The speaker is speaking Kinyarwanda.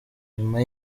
nyuma